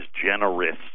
generous